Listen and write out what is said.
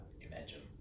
imagine